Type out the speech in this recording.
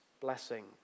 blessing